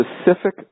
specific